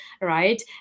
right